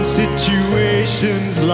situations